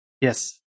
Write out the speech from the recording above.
Yes